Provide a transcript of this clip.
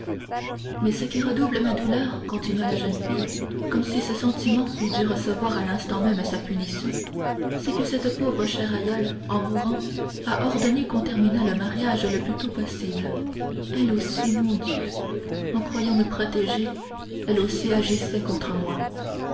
mais ce qui redouble ma douleur continua la jeune fille comme si ce sentiment eût dû recevoir à l'instant même sa punition c'est que cette pauvre chère aïeule en mourant a ordonné qu'on terminât le mariage le plus tôt possible elle aussi mon dieu en croyant me protéger elle aussi agissait contre moi